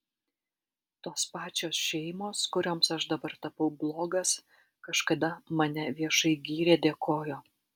tos pačios šeimos kurioms aš dabar tapau blogas kažkada mane viešai gyrė dėkojo